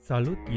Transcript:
Salut